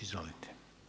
Izvolite.